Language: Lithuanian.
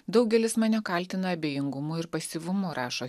daugelis mane kaltina abejingumu ir pasyvumu rašo